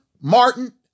Martin